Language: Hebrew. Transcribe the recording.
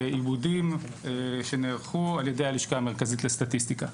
עיבודים שנערכו בלשכה המרכזית לסטטיסטיקה.